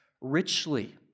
richly